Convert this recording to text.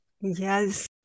Yes